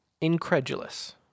incredulous